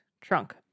trunk